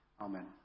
Amen